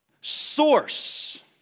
source